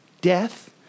Death